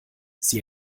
sie